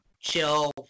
chill